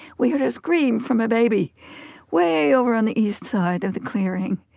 we heard a scream from a baby way over on the east side of the clearing.